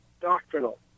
doctrinal